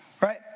Right